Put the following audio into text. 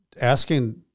asking